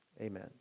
Amen